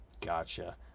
Gotcha